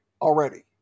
already